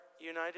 united